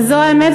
וזו האמת,